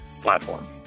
platform